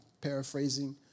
paraphrasing